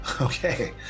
Okay